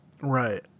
Right